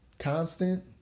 Constant